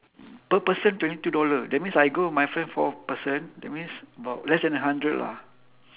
per person twenty two dollar that means I go with my friends four person that means about less than a hundred lah